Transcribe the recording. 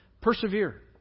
Persevere